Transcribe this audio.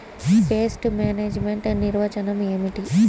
Pest management నిర్వచనం ఏమిటి?